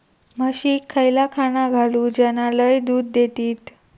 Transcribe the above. म्हशीक खयला खाणा घालू ज्याना लय दूध देतीत?